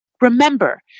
Remember